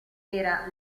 era